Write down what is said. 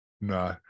no